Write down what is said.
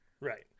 right